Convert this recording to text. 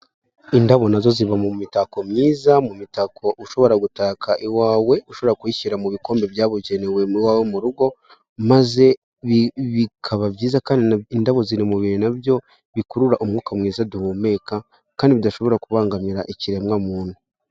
Indabo na zo ziba mu mitako myiza ,mu mitako ushobora gutaka iwawe, ushobora kuyishyira mu bikombe byabugenewe iwawe mu rugo, maze bikaba byiza, kandi indabo ziri mu bintu na byo bikurura umwuka mwiza duhumeka, kandi bidashobora kubangamira ikiremwamuntu.